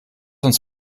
uns